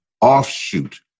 offshoot